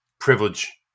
Privilege